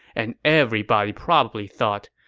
and everybody probably thought,